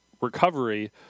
recovery